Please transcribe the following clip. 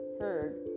heard